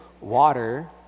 water